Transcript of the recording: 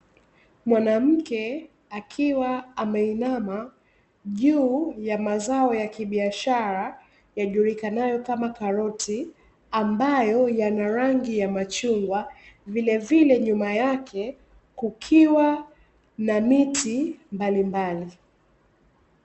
Mwanamke akiwa ameinama juu ya mazao ya kibiashara yajulikanayo kama karoti, ambayo yana rangi ya machungwa vilevile nyuma yake kukiwa na miti mbalimbali.